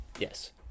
yes